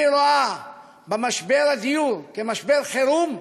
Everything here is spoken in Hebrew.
אני רואה במשבר הדיור משבר חירום,